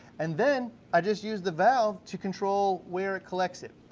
and then i just use the valve to control where it collects it.